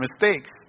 mistakes